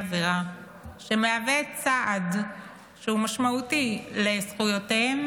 עבירה שמהווה צעד שהוא משמעותי לזכויותיהם